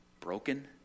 broken